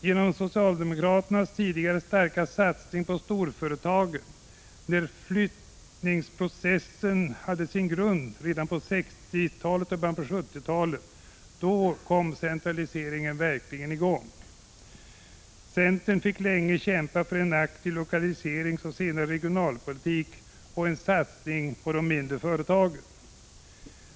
Genom socialdemokraternas tidigare starka satsning på storföretagen då flyttningsprocessen hade sin grund, alltså redan på 1960-talet och i början av 1970-talet, inleddes centraliseringen. Centern fick länge kämpa för en aktiv lokaliseringsoch senare regionalpolitik och en satsning på de mindre företagen.